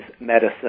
medicine